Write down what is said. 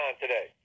today